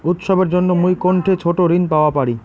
উৎসবের জন্য মুই কোনঠে ছোট ঋণ পাওয়া পারি?